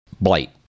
blight